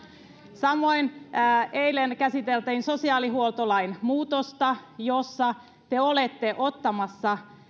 samoin eilen käsiteltiin sosiaalihuoltolain muutosta jossa te olette ottamassa